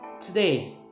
Today